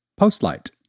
Postlight